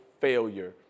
failure